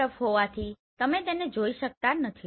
આ બરફ હોવાથી તમે તેને જોઈ શકતા નથી